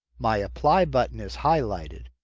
my apply button is highlighted.